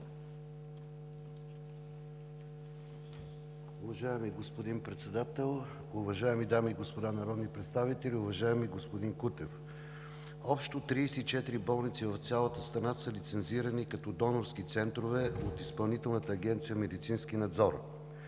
Уважаеми господин Председател, уважаеми дами и господа народни представители! Уважаеми господин Кутев, общо 34 болници в цялата страна са лицензирани като донорски центрове от Изпълнителна агенция „Медицински надзор“.